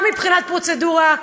גם מבחינת פרוצדורה,